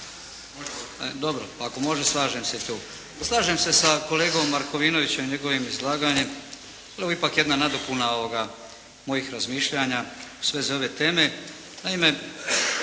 Dobro, ako može, slažem se tu. Slažem se sa kolegom Markovinovićem, njegovim izlaganjem, ali ovo je ipak jedna nadopuna mojih razmišljanja u svezi ove teme. Naime,